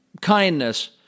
Kindness